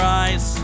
eyes